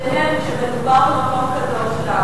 כשמדובר במקום קדוש לנו,